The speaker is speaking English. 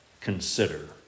Consider